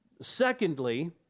Secondly